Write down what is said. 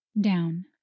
down